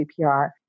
CPR